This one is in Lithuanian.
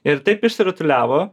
ir taip išsirutuliavo